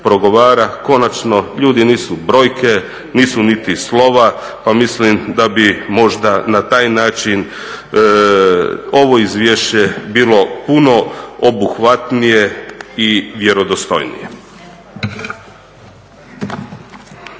konačno, ljudi nisu brojke, nisu niti slova pa mislim da bi možda na taj način ovo izvješće bilo puno obuhvatnije i vjerodostojnije.